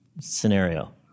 scenario